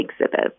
exhibit